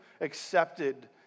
accepted